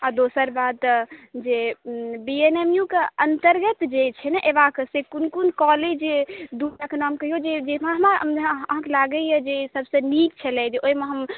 आ दोसर बात जे बीएनएमयूके अन्तर्गत जे छै ने अयबाक से कोन कोन कॉलेज दूटाके नाम कहियौ जे अहाँकेँ लागैया जे सबसँ नीक छलै जे ओहिमे हम